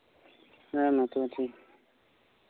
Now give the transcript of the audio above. ᱦᱮᱸ ᱢᱟ ᱛᱚᱵᱮ ᱢᱟ ᱛᱚᱵᱮ ᱴᱷᱤᱠ